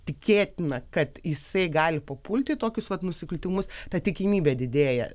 tikėtina kad jisai gali papulti į tokius vat nusikaltimus ta tikimybė didėja